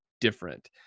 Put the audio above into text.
different